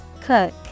Cook